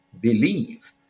believe